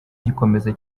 gikomeza